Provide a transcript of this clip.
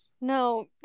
No